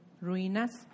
ruinas